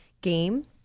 game